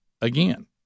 again